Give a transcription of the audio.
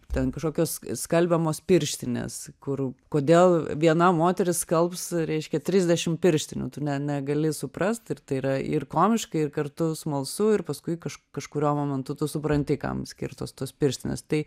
ten kažkokios skalbiamos pirštinės kur kodėl viena moteris skalbs reiškia trisdešim pirštinių tu ne negali suprast ir tai yra ir komiška ir kartu smalsu ir paskui kaž kažkuriuo momentu tu supranti kam skirtos tos pirštinės tai